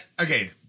Okay